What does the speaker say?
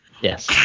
Yes